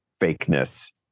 fakeness